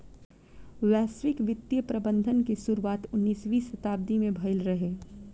वैश्विक वित्तीय प्रबंधन के शुरुआत उन्नीसवीं शताब्दी में भईल रहे